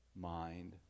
mind